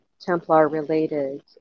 Templar-related